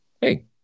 hey